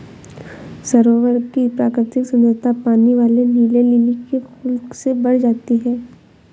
सरोवर की प्राकृतिक सुंदरता पानी वाले नीले लिली के फूल से बढ़ जाती है